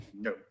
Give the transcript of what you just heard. No